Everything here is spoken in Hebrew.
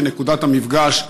היא נקודת המפגש,